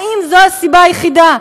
האם זו הסיבה היחידה?